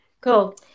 cool